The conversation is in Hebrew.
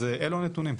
אז אלה הנתונים.